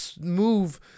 move